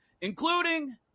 including